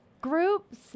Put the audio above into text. groups